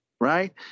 Right